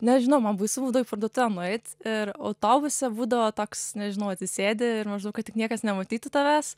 nežinau man baisu būdavo į parduotuvę nueit ir autobuse būdavo toks nežinau sėdi ir maždaug kad tik niekas nematytų tavęs